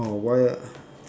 oh why